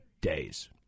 days